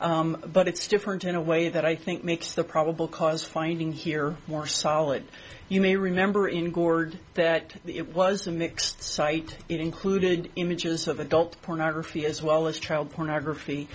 but it's different in a way that i think makes the probable cause finding here more solid you may remember in gord that it was a mixed site it included images of adult pornography as well as child pornography